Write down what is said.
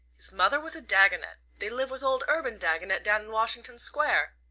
his mother was a dagonet. they live with old urban dagonet down in washington square.